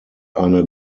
eine